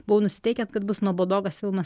buvau nusiteikęs kad bus nuobodokas filmas